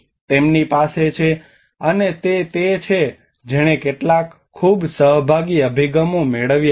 તેમની પાસે છે અને તે તે છે જેણે કેટલાક ખૂબ સહભાગી અભિગમો મેળવ્યા છે